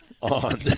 on